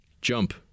Jump